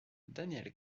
daniel